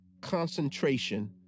concentration